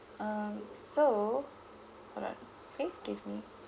um so hold on can you give me